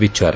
ವಿಚಾರ